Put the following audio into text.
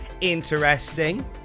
interesting